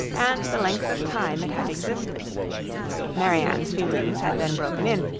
and the length of time it had existed marianne's feelings had then broken in,